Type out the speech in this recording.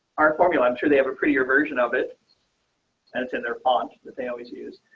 our formula. i'm sure they have a prettier version of it and it's in their font that they always use,